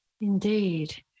Indeed